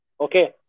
Okay